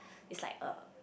it's like a